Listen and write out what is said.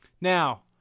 Now